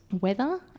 weather